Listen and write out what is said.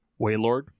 Waylord